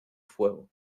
fuego